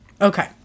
Okay